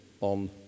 on